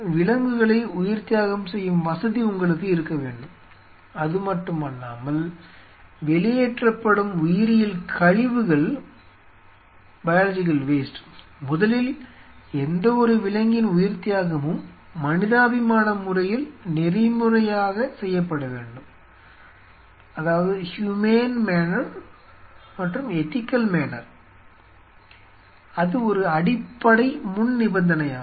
விலங்குகளை உயிர்த்தியாகம் செய்யும் வசதி உங்களுக்கு இருக்கவேண்டும் அதுமட்டுமல்லாமல் வெளியேற்றப்படும் உயிரியல் கழிவுகள் முதலில் எந்த ஒரு விலங்கின் உயிர்த்தியாகமும் மனிதாபிமான முறையில் நெறிமுறையாக செய்யப்பட வேண்டும் அது ஒரு அடிப்படை முன்நிபந்தனையாகும்